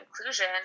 inclusion